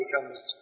becomes